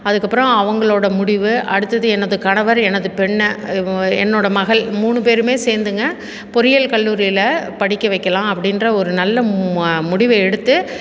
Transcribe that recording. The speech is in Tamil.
அதுக்கப்பறம் அவங்களோடய முடிவு அடுத்தது எனது கணவர் எனது பெண் இவங் என்னோட மகள் மூணு பேருமே சேர்ந்துங்க பொறியியல் கல்லூரியில் படிக்க வைக்கலாம் அப்படின்ற ஒரு நல்ல ம முடிவை எடுத்து